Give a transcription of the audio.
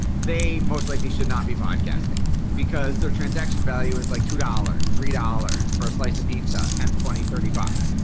they most likely should not be podcasting because their transaction value is like two dollars three dollars for a slice of pizza. ten, twenty, thirty bucks.